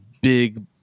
big